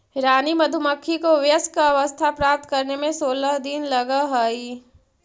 रानी मधुमक्खी को वयस्क अवस्था प्राप्त करने में सोलह दिन लगह हई